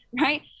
right